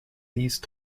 these